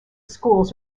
schools